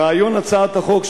רעיון הצעת החוק,